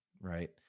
Right